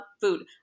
food